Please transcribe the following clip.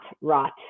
rot